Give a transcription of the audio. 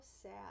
sad